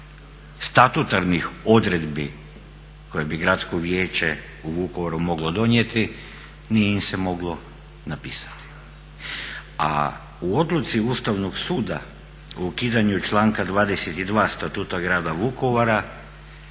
statutarnih odredbi koje bi Gradsko vijeće u Vukovaru moglo donijeti nije im se moglo napisati. A u odluci Ustavnog suda o ukidanju članka 22. Statuta Grada Vukovara